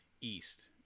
East